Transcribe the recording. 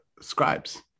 scribes